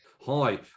hi